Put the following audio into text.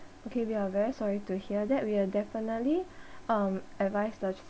okay we are very sorry to hear that we will definitely um advise the